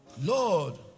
lord